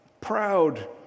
proud